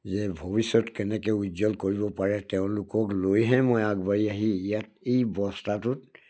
যে ভৱিষ্যত কেনেকৈ উজ্জ্বল কৰিব পাৰে তেওঁলোককলৈহে মই আগবাঢ়ি আহি ইয়াত এই বস্তাটোত